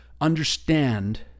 understand